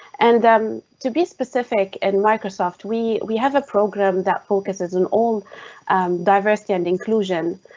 and um to be specific, in microsoft we we have a program that focuses on all diversity and inclusion.